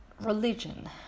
religion